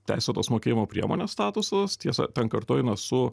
teisėtos mokėjimo priemonės statusas tiesa ten kartu eina su